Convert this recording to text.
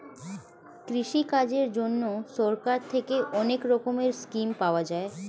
কৃষিকাজের জন্যে সরকার থেকে অনেক রকমের স্কিম পাওয়া যায়